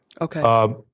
Okay